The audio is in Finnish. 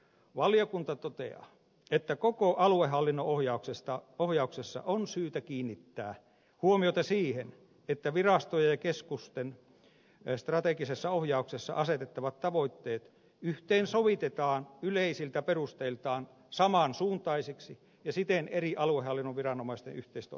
valiokunta toteaa että koko aluehallinnon ohjauksessa on syytä kiinnittää huomiota siihen että virastojen ja keskusten strategisessa ohjauksessa asetettavat tavoitteet yhteensovitetaan yleisiltä perusteiltaan samansuuntaisiksi ja siten eri aluehallinnon viranomaisten yleistoimintaa tukeviksi